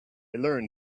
learned